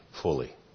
fully